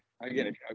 again